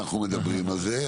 אנחנו מדברים על זה,